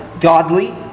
godly